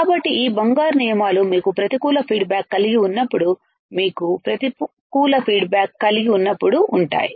కాబట్టి ఈ బంగారు నియమాలు మీకు ప్రతికూల ఫీడ్ బ్యాక్ కలిగి ఉన్నప్పుడు మీకు ప్రతికూల ఫీడ్ బ్యాక్ కలిగి ఉన్నప్పుడు ఉంటాయి